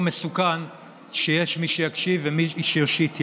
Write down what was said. מסוכן שיש מי שיקשיב ומי שיושיט יד.